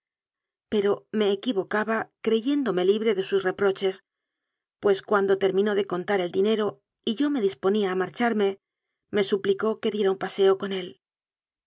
pero me equivocaba creyéndome libre de sus reproches pues cuando terminó de contar el dine ro y yo me disponía a marcharme me suplicó que diera un paseo con él